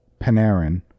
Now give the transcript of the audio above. Panarin